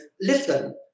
listen